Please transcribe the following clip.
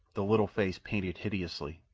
the little face painted hideously.